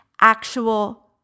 actual